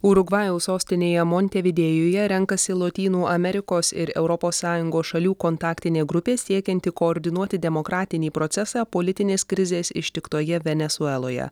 urugvajaus sostinėje montevidėjuje renkasi lotynų amerikos ir europos sąjungos šalių kontaktinė grupė siekianti koordinuoti demokratinį procesą politinės krizės ištiktoje venesueloje